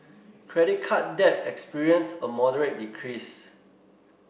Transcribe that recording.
credit card debt experienced a moderate decrease